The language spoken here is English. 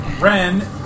Ren